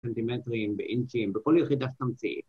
‫סנטימטרים ואינצ׳ים, ‫בכל יחידה שתמציאי.